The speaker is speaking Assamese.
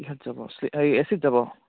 কিহত যাব এই এ চিত যাব